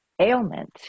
ailment